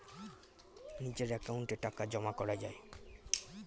নিজের অ্যাকাউন্টে টাকা জমা করা যায়